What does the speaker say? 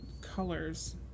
colors